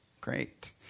great